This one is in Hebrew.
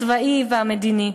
והצבאי והמדיני.